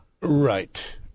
Right